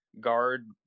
guard